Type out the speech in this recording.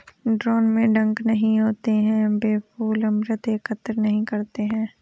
drone में डंक नहीं होते हैं, वे फूल अमृत एकत्र नहीं करते हैं